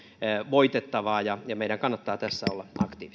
voitettavaa ja ja meidän kannattaa tässä olla aktiivisia